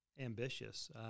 ambitious